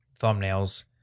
thumbnails